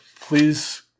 Please